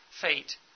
fate